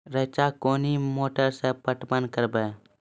रेचा कोनी मोटर सऽ पटवन करव?